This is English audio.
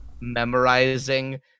memorizing